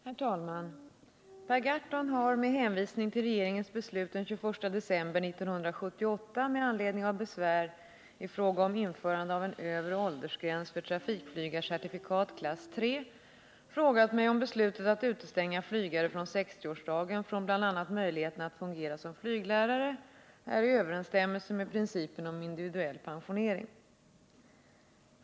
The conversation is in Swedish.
Herr talman! Per Gahrton har, med hänvisning till regeringens beslut den 21 december 1978 med anledning av besvär i fråga om införande av en övre åldersgräns för trafikflygarcertifikat klass 3, frågat mig om beslutet att utestänga flygare från 60-årsdagen från bl.a. möjligheten att fungera som flyglärare är i överensstämmelse med principen om individuell pensionering.